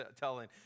telling